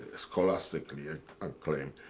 scholastically ah um acclaimed.